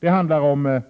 Det handlar om — att